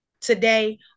today